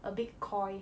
a big coy